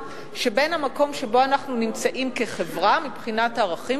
שבין המקום שבו אנחנו נמצאים כחברה מבחינת הערכים